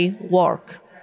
work